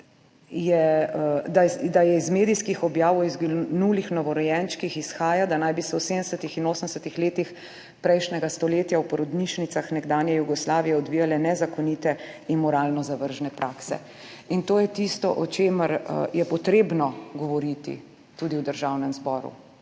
da iz medijskih objav o izginulih novorojenčkih izhaja, da naj bi se v 70. in 80. letih prejšnjega stoletja v porodnišnicah nekdanje Jugoslavije odvijale nezakonite in moralno zavržne prakse. To je tisto, o čemer je treba govoriti tudi v Državnem zboru.